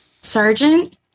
Sergeant